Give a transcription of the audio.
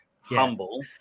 humble